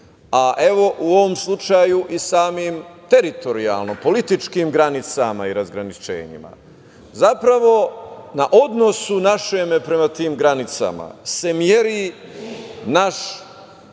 a evo u ovom slučaju i samim teritorijalno političkim granicama i razgraničenjima, zapravo na odnosu našem prema tim granicama, se meri naš personalni